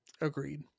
agreed